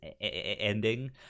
ending